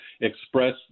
express